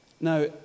now